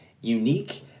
unique